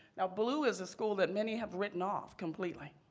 now, ballou is a school that many have written off completely.